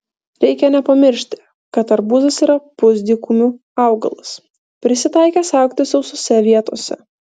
reikia nepamiršti kad arbūzas yra pusdykumių augalas prisitaikęs augti sausose vietose